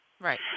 Right